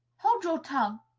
hold your tongue!